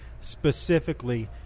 specifically